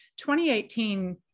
2018